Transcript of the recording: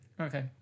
Okay